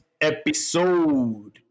episode